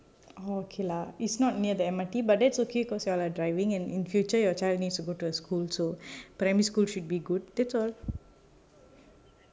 oh okay lah it's not near the M_R_T but that's okay because you are driving and in future your child needs to go to a school so primary school should be good